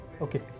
okay